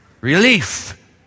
relief